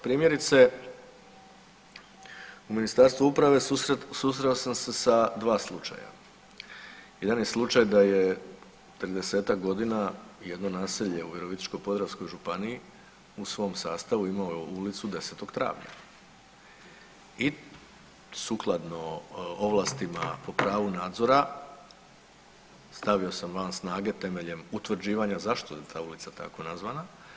Primjerice u Ministarstvu uprave susreo sam se sa dva slučaja, jedan je slučaj da je 30-ak godina jedno naselje u Virovitičko-podravskoj županiji u svom sastavu imao je ulicu 10. travnja i sukladno ovlastima o pravu nadzora stavio sam van snage temeljem utvrđivanja zašto je ta ulica tako nazvana.